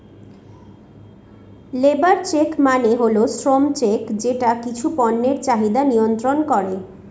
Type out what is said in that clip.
labour check মানে হল শ্রম চেক যেটা কিছু পণ্যের চাহিদা মিয়ন্ত্রন করে